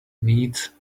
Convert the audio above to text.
needs